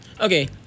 Okay